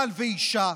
בעל ואישה,